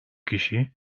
kişi